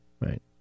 right